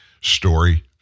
story